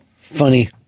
Funny